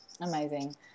Amazing